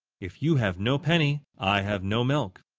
if you have no penny, i have no milk.